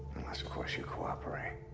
unless, of course, you cooperate.